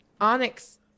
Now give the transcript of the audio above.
Onyx